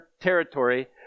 territory